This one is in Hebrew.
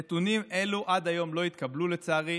נתונים אלה לא התקבלו עד היום, לצערי.